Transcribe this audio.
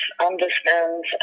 understands